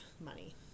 money